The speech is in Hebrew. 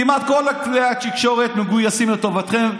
כמעט כל כלי התקשורת מגויסים לטובתכם,